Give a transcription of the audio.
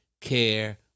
care